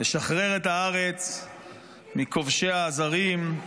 לשחרר את הארץ מכובשיה הזרים.